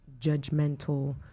judgmental